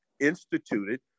instituted